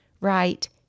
right